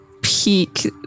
peak